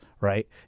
right